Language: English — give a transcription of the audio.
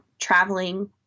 traveling